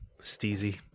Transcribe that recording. Steezy